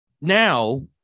Now